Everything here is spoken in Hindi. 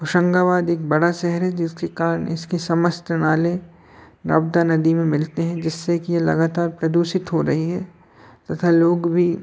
होशंगाबाद एक बड़ा शहर है जिसके कारण इसके समस्त नाले नर्मदा नदी में मिलते हैं जिससे कि यह लगातार प्रदूषित हो रही है तथा लोग भी